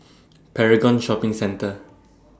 Paragon Shopping Centre